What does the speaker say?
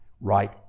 Right